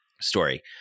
story